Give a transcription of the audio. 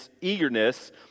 eagerness